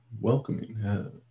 Welcoming